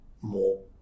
more